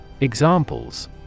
Examples